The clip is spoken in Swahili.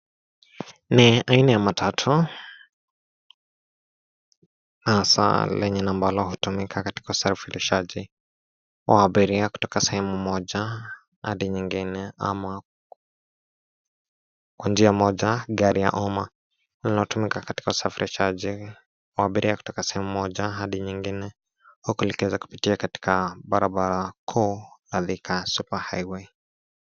Ni aina ya matatu, haswa lenye na ambalo hutumika katika usafirishaji wa abiria kutoka sehemu moja hadi nyingine ama kwa njia moja gari ya umma linalotumika katika usafirishaji wa abiria kutoka sehemu moja hadi nyingine. Huku likiweza kupitia katika barabara kuu la Thika super highway.